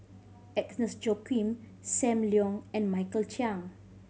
Agnes Joaquim Sam Leong and Michael Chiang